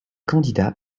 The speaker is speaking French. candidats